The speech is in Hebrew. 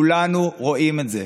כולנו רואים את זה.